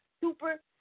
Super